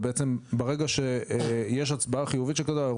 ובעצם ברגע שיש הצבעה חיובית של קק"ל,